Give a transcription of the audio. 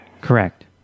Correct